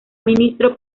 ministro